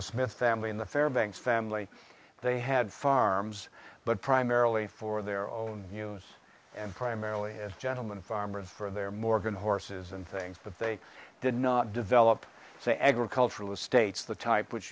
the smith family in the fairbanks family they had farms but primarily for their own use and primarily as a gentleman farmer and for their morgan horses and things but they did not develop the agricultural estates the type wh